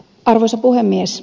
arvoisa puhemies